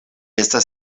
estas